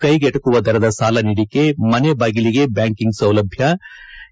ಕೈಗೆಟುಕುವ ದರದ ಸಾಲ ನೀಡಿಕೆ ಮನೆ ಬಾಗಿಲಿಗೇ ಬ್ಲಾಂಕಿಂಗ್ ಸೌಲಭ್ಞ